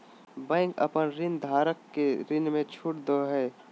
bank अपन ऋणधारक के ऋण में छुट दो हइ